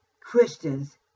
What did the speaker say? Christians